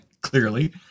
Clearly